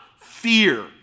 fear